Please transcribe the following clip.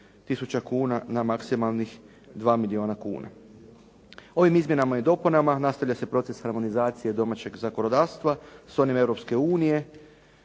tisuća kuna na maksimalnih 2 milijuna kuna. Ovim izmjenama i dopunama nastavlja se proces harmonizacije domaćeg zakonodavstva s onim